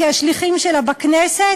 כי השליחים שלה בכנסת